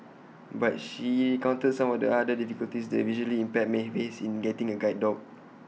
but she recounted some of the other difficulties the visually impaired may face in getting A guide dog